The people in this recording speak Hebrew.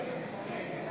נגד עיסאווי פריג'